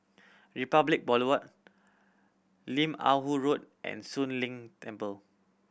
Republic Boulevard Lim Ah Woo Road and Soon Leng Temple